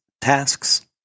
tasks